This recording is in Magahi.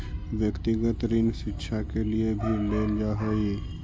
व्यक्तिगत ऋण शिक्षा के लिए भी लेल जा हई